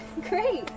Great